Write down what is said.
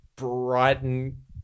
Brighton